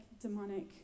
demonic